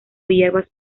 hierbas